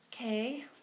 Okay